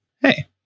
hey